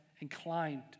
inclined